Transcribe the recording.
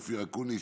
אופיר אקוניס,